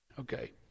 Okay